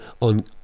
on